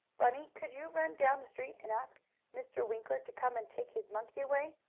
bunny, could you run down the street, and ask mr. winkler to come and take his monkey away?